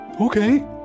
Okay